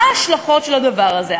מה ההשלכות של הדבר הזה?